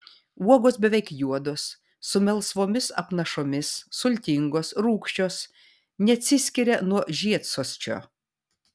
uogos beveik juodos su melsvomis apnašomis sultingos rūgščios neatsiskiria nuo žiedsosčio